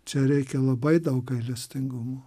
čia reikia labai daug gailestingumo